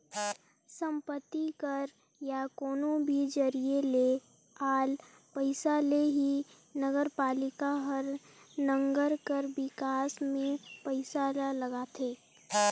संपत्ति कर या कोनो भी जरिए ले आल पइसा ले ही नगरपालिका हर नंगर कर बिकास में पइसा ल लगाथे